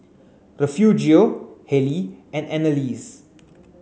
Refugio Hallie and Anneliese